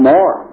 More